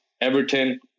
Everton